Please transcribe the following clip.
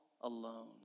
alone